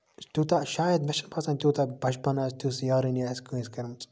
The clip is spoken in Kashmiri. تیوٗتاہ شاید مےٚ چھِنہٕ باسان تیوٗتاہ بَچپَن آسہِ تِژھ یارٲنی آسہِ کٲنٛسہِ کٔرمٕژ